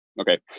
Okay